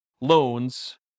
loans